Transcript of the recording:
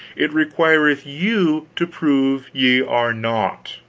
it requireth you to prove ye are not.